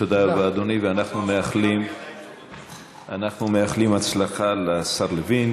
תודה רבה, אדוני, ואנחנו מאחלים הצלחה לשר לוין.